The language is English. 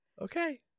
Okay